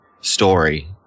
story